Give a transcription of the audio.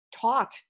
taught